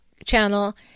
channel